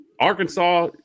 Arkansas